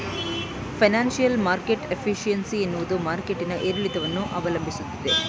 financial market efficiency ಎನ್ನುವುದು market ನ ಏರಿಳಿತವನ್ನು ಅವಲಂಬಿಸಿದೆ